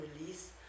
release